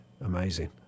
amazing